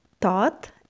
thought